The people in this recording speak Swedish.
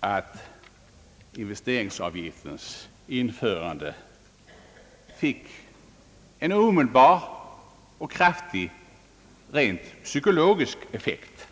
att investeringsavgiftens införande fick en omedelbar och kraftig rent psykologisk effekt.